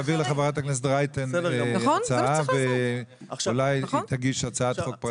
תעביר לחברת הכנסת רייטן הצעה לנוסח ואולי היא תגיש הצעת חוק פרטית.